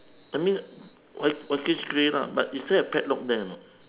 I mean white whitish grey lah but is there a padlock there or not